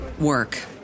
work